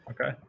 Okay